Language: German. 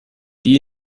die